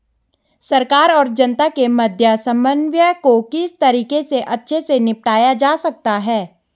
सरकार और जनता के मध्य समन्वय को किस तरीके से अच्छे से निपटाया जा सकता है?